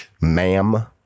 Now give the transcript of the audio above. ma'am